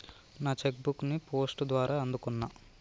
నా cheque book ని post ద్వారా అందుకున్నా